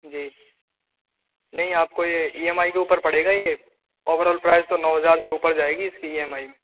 जी नहीं आपको ये ई एम आई के ऊपर पड़ेगा ये ओवरऑल प्राइज़ तो नौ हजार से ऊपर जाएगी इसकी ई एम आई